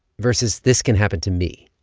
versus this can happen to me?